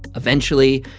eventually,